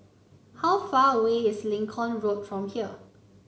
how far away is Lincoln Road from here